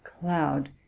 cloud